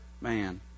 man